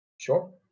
Sure